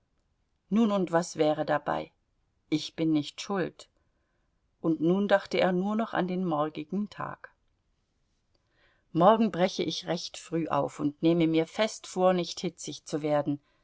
nun und was wäre dabei ich bin nicht schuld und nun dachte er nur noch an den morgigen tag morgen breche ich recht früh auf und nehme mir fest vor nicht hitzig zu werden